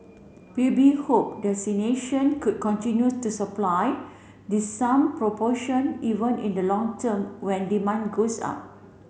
P U B hope could continue to supply the some proportion even in the long term when demand goes up